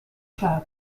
club